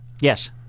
Yes